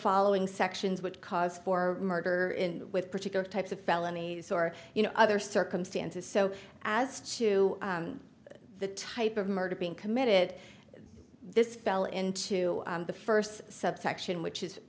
following sections would cause for murder with particular types of felonies or you know other circumstances so as to the type of murder being committed this fell into the first subsection which is